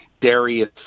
Darius